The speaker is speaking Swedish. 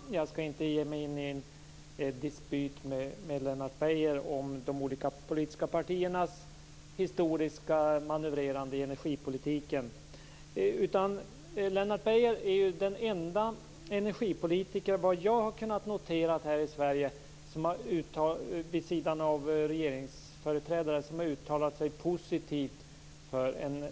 Fru talman! Jag skall inte ge mig in i en dispyt med Lennart Beijer om de olika politiska partiernas historiska manövrerande i energipolitiken. Vad jag har kunnat notera är Lennart Beijer den enda energipolitiker här i Sverige, vid sidan av regeringsföreträdare, som har uttalat sig positivt för en